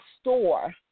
store